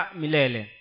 milele